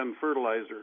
fertilizer